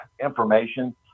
information